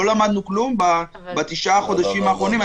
לא למדנו כלום בתשעת החודשים האחרונים?